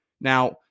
Now